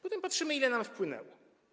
Potem patrzymy, ile nam wpłynęło.